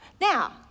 Now